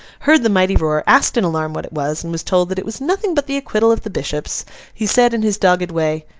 heard the mighty roar, asked in alarm what it was, and was told that it was nothing but the acquittal of the bishops he said, in his dogged way,